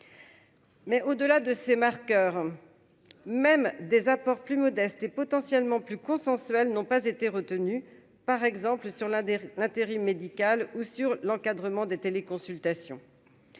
Mais au-delà de ces marqueurs même des apports plus modestes et potentiellement plus consensuel, n'ont pas été par exemple sur l'un des l'intérim médical ou sur l'encadrement des téléconsultations